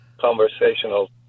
conversational